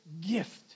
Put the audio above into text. gift